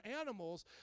animals